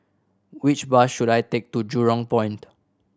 which bus should I take to Jurong Point